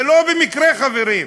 זה לא במקרה, חברים.